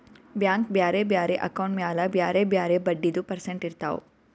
bank ಬ್ಯಾರೆ ಬ್ಯಾರೆ account ಮ್ಯಾಲ ಬ್ಯಾರೆ ಬ್ಯಾರೆ ಬಡ್ಡಿದು ಪರ್ಸೆಂಟ್ ಇರ್ತಾವ್